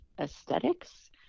Aesthetics